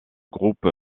groupe